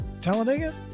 Talladega